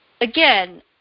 Again